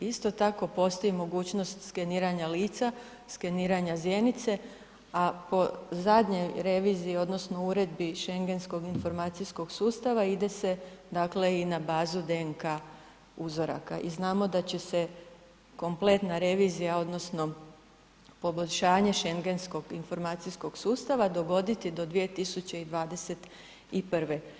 Isto tako postoji mogućnost skeniranja lica, skeniranja zjenice, a po zadnjoj reviziji odnosno uredbi Schengenskog informacijskog sustava ide se dakle i na bazu DNK uzoraka i znamo da će se kompletna revizija odnosno poboljšanje Schengenskog informacijskom sustava dogoditi do 2021.